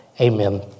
amen